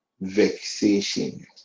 Vexation